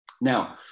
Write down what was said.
Now